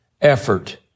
effort